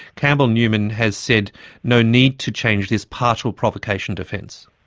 campbell newman has said no need to change this partial provocation defence.